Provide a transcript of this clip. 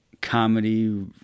comedy